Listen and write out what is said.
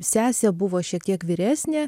sesė buvo šiek tiek vyresnė